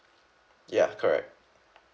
ya correct